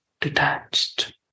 detached